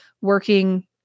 working